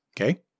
Okay